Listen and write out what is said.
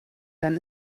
dann